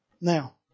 Now